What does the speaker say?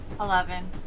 Eleven